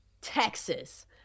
Texas